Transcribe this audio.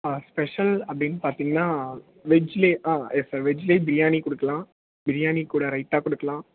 ஆ special அப்படினு பார்த்திங்கன்னா வெஜ்ல ஆ எஸ் சார் வெஜ்ல பிரியாணி கொடுக்கலாம் பிரியாணி கூட ரைத்தா கொடுக்கலாம்